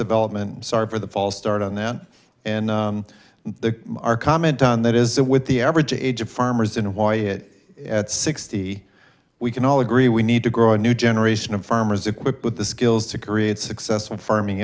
development sorry for the false start on that and there are comment on that is that with the average age of farmers in hawaii it at sixty we can all agree we need to grow a new generation of farmers equipped with the skills to create successful farming